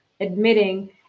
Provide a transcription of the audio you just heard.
admitting